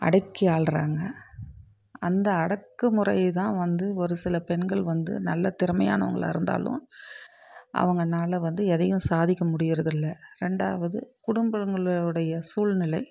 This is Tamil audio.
அடக்கி ஆளுறாங்க அந்த அடக்கு முறை தான் வந்து ஒரு சில பெண்கள் வந்து நல்ல திறமையானவங்களாக இருந்தாலும் அவங்கனால வந்து எதையும் சாதிக்க முடியுறது இல்லை ரெண்டாவது குடும்பங்களுடைய சூழ்நிலை